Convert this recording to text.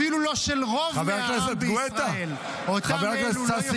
אפילו לא של רוב העם בישראל -- חבר הכנסת גואטה.